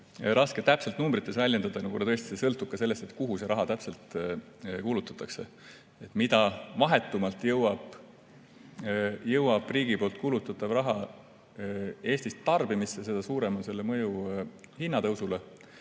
raske täpselt numbrites väljendada, kuna see tõesti sõltub ka sellest, kuhu see raha täpselt kulutatakse. Mida vahetumalt jõuab riigi kulutatav raha Eestis tarbimisse, seda suurem on selle mõju hinnatõusule.